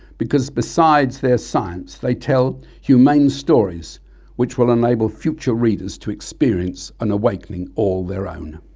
because besides their science they tell humane stories which will enable future readers to experience an awakening all their own.